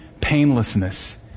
painlessness